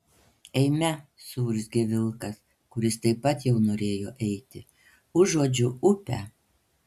eime suurzgė vilkas kuris taip pat jau norėjo eiti užuodžiu upę